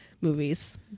movies